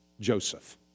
Joseph